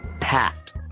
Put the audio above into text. pat